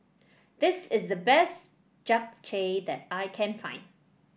this is the best Japchae that I can find